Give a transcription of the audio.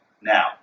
Now